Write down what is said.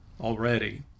already